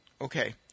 okay